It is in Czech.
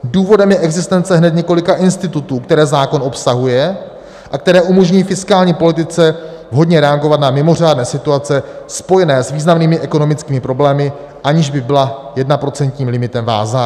Důvodem je existence hned několika institutů, které zákon obsahuje a které umožňují fiskální politice vhodně reagovat na mimořádné situace spojené s významnými ekonomickými problémy, aniž by byla jednoprocentním limitem vázána.